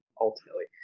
ultimately